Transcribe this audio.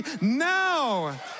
now